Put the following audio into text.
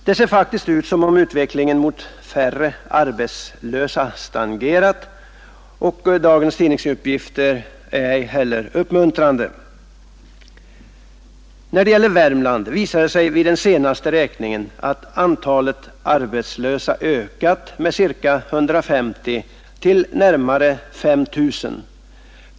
Det ser faktiskt ut som om utvecklingen mot färre arbetslösa stagnerat, och dagens tidningsuppgifter är inte heller uppmuntrande. När det gäller Värmland visar det sig att antalet arbetslösa vid den senaste räkningen ökat med ca 150 till närmare 5 000.